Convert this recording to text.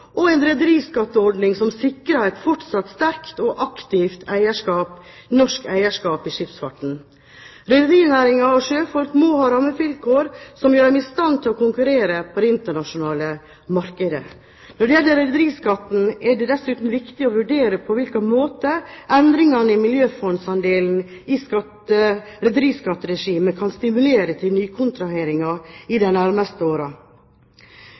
og en rederiskatteordning som sikrer et fortsatt sterkt og aktivt norsk eierskap i skipsfarten. Rederinæringen og sjøfolk må ha rammevilkår som gjør dem i stand til å konkurrere på det internasjonale markedet. Når det gjelder rederiskatten, er det dessuten viktig å vurdere på hvilken måte endringer i miljøfondsandelen i rederiskatteregimet kan stimulere til nykontraheringer i de nærmeste